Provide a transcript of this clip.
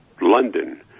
London